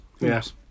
Yes